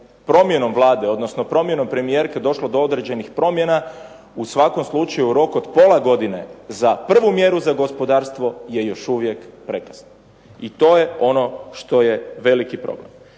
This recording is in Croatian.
promjenom Vlade odnosno promjenom premijerke došlo do određenih promjena u svakom slučaju u roku od pola godine za prvu mjeru za gospodarstvo je još uvijek prekasno i to je ono što je veliki problem.